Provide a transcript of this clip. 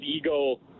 ego